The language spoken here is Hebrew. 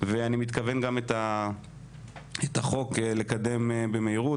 ואני מתכוון גם את החוק לקדם במהירות,